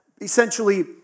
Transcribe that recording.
essentially